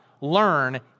learn